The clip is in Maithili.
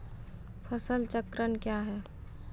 फसल चक्रण कया हैं?